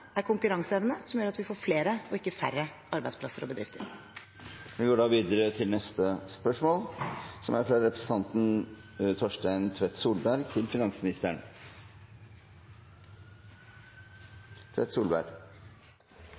er konkurranseevne, som gjør at vi får flere og ikke færre arbeidsplasser og bedrifter. «Det viktigste økonomiske skillet går mellom dem som er innenfor og dem som er